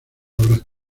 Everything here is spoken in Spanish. obras